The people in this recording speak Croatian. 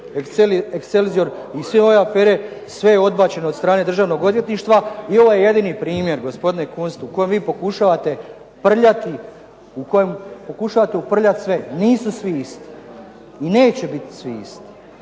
"Excelsior" i sve ove afere, sve je odbačeno od strane Državnog odvjetništva i ovo je jedini primjer, gospodine Kunst, u kojem vi pokušate prljati, u kojem pokušavate uprljat sve. Nisu svi isti, neće biti svi isti